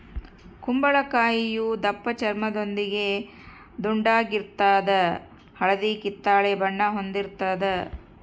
ಕುಂಬಳಕಾಯಿಯು ದಪ್ಪಚರ್ಮದೊಂದಿಗೆ ದುಂಡಾಗಿರ್ತದ ಹಳದಿ ಕಿತ್ತಳೆ ಬಣ್ಣ ಹೊಂದಿರುತದ